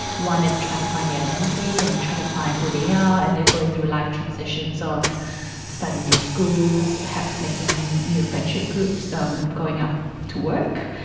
one is trying to find their identity and trying to find who they are and they're going through life transitions of starting new schools, perhaps making new friendship groups, um going out to work,